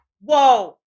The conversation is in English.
Whoa